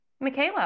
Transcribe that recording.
Michaela